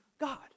God